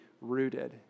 rooted